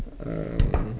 um